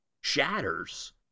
shatters